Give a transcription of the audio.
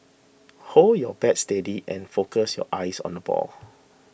hold your bat steady and focus your eyes on the ball